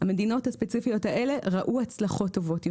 המדינות הספציפיות הללו ראו הצלחות טובות יותר.